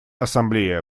ассамблея